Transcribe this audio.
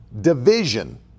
division